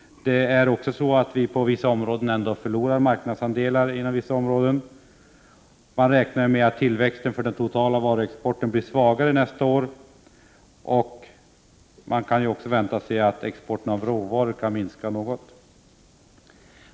Det är också så att vi på vissa områden förlorar marknadsandelar. Man räknar med att tillväxten för den totala varuexporten blir svagare, särskilt nästa år, då man kan vänta sig att exporten av råvaror minskar något.